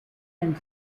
and